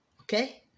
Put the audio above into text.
Okay